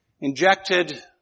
injected